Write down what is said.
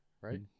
right